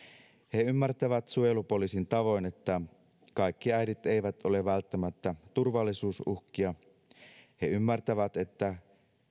he ymmärtävät suojelupoliisin tavoin että kaikki äidit eivät ole välttämättä turvallisuusuhkia he ymmärtävät että